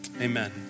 amen